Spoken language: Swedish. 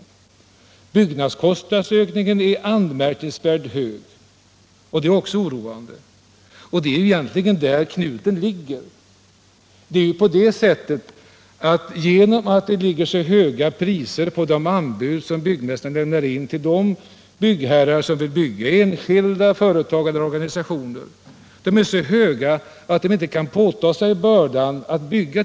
Ökningen av bostadskostnaderna är anmärkningsvärt kraftig, och det är också oroande. Egentligen är det här knuten finns. Till följd av de höga priserna i de anbud som byggmästarna lämnar in till de byggherrar som vill bygga — enskilda, företag eller organisationer — kan dessa inte påta sig bördan att bygga.